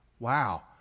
Wow